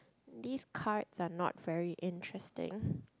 these cards are not very interesting